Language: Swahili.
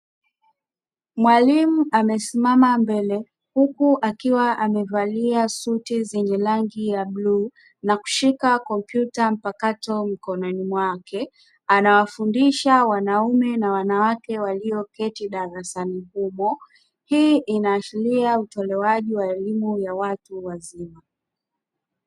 Mwalimu amesimama mbele huku akiwa amevalia suti yenye rangi ya buluu na kushika kompyuta mpakato mikononi mwake anawafundisha wanaume na wanawake walioketi darasani humo, hii inaashiria utoalewaji wa elimu ya watu wazima.